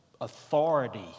authority